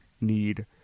need